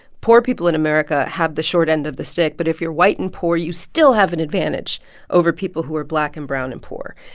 poor people in america have the short end of the stick, but if you're white and poor, you still have an advantage over people who are black and brown and poor.